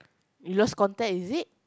you lost contact is it